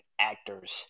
actors